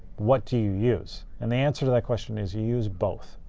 what do you use? and the answer to that question is you use both.